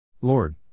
Lord